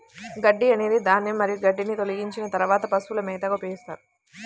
గడ్డి అనేది ధాన్యం మరియు గడ్డిని తొలగించిన తర్వాత పశువుల మేతగా ఉపయోగిస్తారు